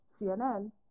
CNN